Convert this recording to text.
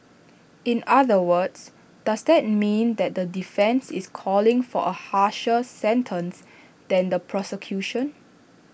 in other words does that mean that the defence is calling for A harsher sentence than the prosecution